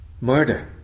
murder